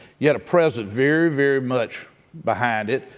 you had a president, very, very much behind it,